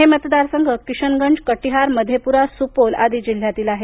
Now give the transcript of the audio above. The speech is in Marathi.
हे मतदार संघ किशनगंज कटीहार मधेपुरा सुपोल आदि जिल्ह्यातील आहेत